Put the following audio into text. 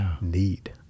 need